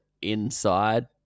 inside